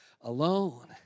alone